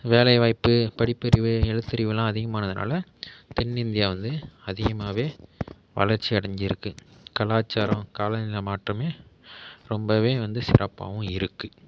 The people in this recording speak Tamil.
வேலை வாய்ப்பு படிப்பறிவு எழுத்தறிவுலாம் அதிகமானதினால தென்னிந்தியா வந்து அதிகமாவே வளர்ச்சி அடைஞ்சுருக்கு கலாச்சாரம் காலநிலை மாற்றமே ரொம்பவே வந்து சிறப்பாவும் இருக்குது